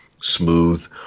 smooth